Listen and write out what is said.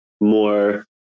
more